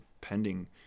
pending